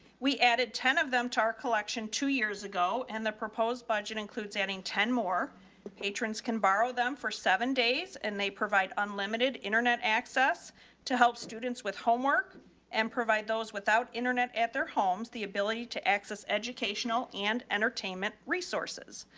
we added ten of them to our collection two years ago and the proposed budget includes adding ten more patrons, can borrow them for seven days and they provide unlimited internet access to help students with homework and provide those without internet at their homes. the ability to access educational and entertainment resources,